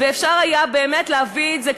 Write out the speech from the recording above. ואפשר היה באמת להביא את זה,